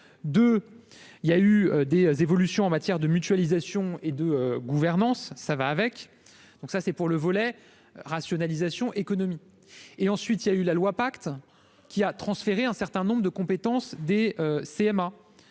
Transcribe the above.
2 il y a eu des évolutions en matière de mutualisation et de. Gouvernance ça va avec, donc ça c'est pour le volet rationalisation économique et ensuite il y a eu la loi pacte qui a transféré un certain nombre de compétences des CMA